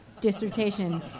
dissertation